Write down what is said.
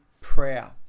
prayer